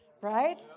right